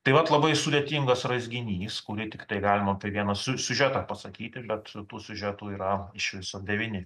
tai vat labai sudėtingas raizginys kurį tiktai galima apie vieną siu sužetą pasakyti bet tų siužetų yra iš viso devyni